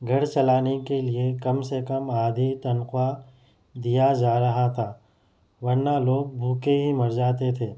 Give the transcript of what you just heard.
گھر چلانے کے لئے کم سے کم آدھی تنخواہ دیا جا رہا تھا ورنہ لوگ بھوکے ہی مر جاتے تھے